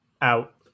out